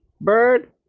Bird